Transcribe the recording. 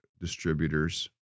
distributors